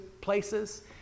places